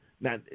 now